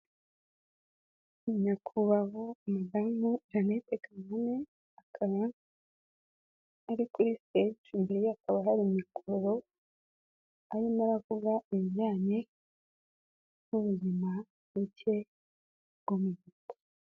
Nyakubahwa madamu Jeannette Kagame, akaba ari kuri steji, imbere hakaba hari mikoro, arimo aravuga ibijyanye n'ubuzima buke bwo mu buto.